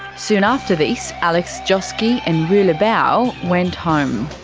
soon after this, alex joske and wu lebao went home.